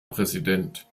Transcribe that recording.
präsident